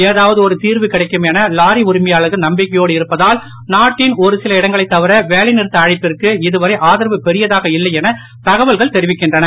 ஏதாவது ஒரு தீர்வு கிடைக்கும் என லாரி உரிமையாளர்கள் நம்பிக்கையோடு இருப்பதால் நாட்டின் ஒரு சில இடங்களைத் தவிர வேலைநிறுத்த அழைப்பிற்கு இதுவரை ஆதரவு பெரியதாக இல்லை என தகவல்கள் தெரிவிக்கின்றன